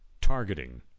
targeting